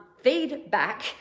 feedback